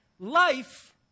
Life